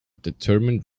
determined